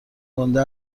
گنده